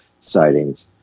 sightings